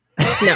No